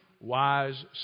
wise